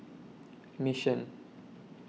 Mission